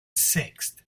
sixth